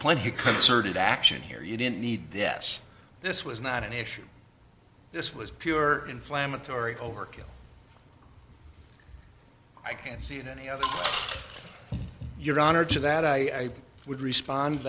plenty concerted action here you didn't need yes this was not an issue this was pure inflammatory overkill i can see in any of your honor to that i would respond